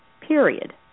period